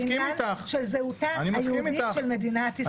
זה עניין של זהותה היהודית של מדינת ישראל.